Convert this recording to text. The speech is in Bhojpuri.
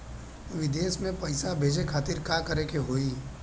विदेश मे पैसा भेजे खातिर का करे के होयी?